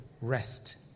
rest